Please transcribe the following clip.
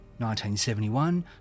1971